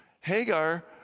Hagar